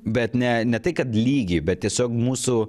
bet ne ne tai kad lygiai bet tiesiog mūsų